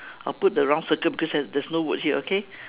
I'll put the round circle because there's there's no word here okay